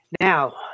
Now